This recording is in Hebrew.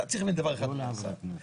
אתה צריך להבין דבר אחד אדוני השר.